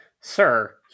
Sir